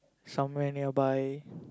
somewhere nearby